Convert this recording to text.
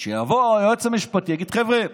שיבוא היועץ המשפטי ויגיד: חבר'ה,